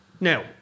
Now